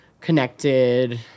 connected